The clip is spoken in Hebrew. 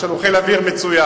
יש לנו חיל אוויר מצוין.